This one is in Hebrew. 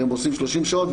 שהם עושים 30 שעות,